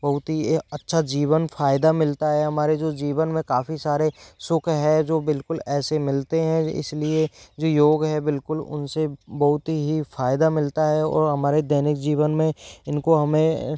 बहुत ही यह अच्छा जीवन फ़ायदा मिलता है हमारे जो जीवन में काफ़ी सारे सुख हैं जो बिल्कुल ऐसे मिलते हैं इसलिए जो योग है बिल्कुल उनसे बहुत ही फ़ायदा मिलता है और हमारे दैनिक जीवन में इनको हमें